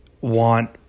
want